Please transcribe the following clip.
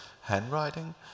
handwriting